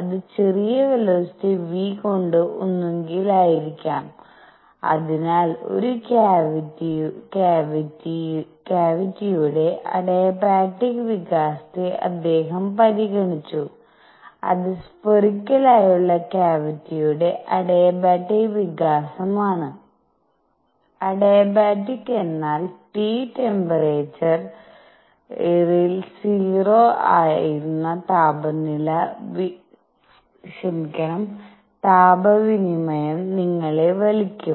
അത് ചെറിയ velocity v കൊണ്ട് ഒന്നുകിൽ ആയിരിക്കാം അതിനാൽ ഒരു ക്യാവിറ്റിയുടെ അഡിയാബാറ്റിക് വികാസത്തെ അദ്ദേഹം പരിഗണിച്ചു അത് സ്ഫെറിക്കാലയുള്ള ക്യാവിറ്റിയുടെസ്ഫെറിക്കൽ cavity അഡിയബാറ്റിക് വികാസമാണ് അഡിയാബാറ്റിക് എന്നാൽ T ട്ടെമ്പേറെചർയിൽ 0 ആയിരുന്ന താപ വിനിമയം നിങ്ങളെ വലിക്കും